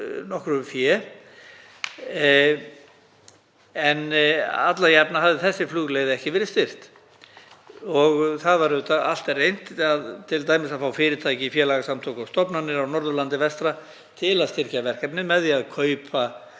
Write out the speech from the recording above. nokkru fé, en alla jafna hafði þessi flugleið ekki verið styrkt, og auðvitað var allt reynt, t.d. að fá fyrirtæki, félagasamtök og stofnanir á Norðurlandi vestra til að styrkja verkefnið með því að kaupa